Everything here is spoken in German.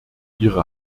ihre